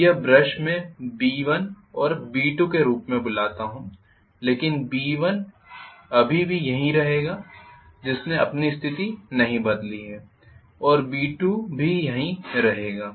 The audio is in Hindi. अब यह ब्रश मैं B1 और B2 के रूप में बुलाता है लेकिन B1 अभी भी यहीं रहेगा जिसने अपनी स्थिति नहीं बदली है और B2 भी यहीं रहेगा